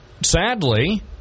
sadly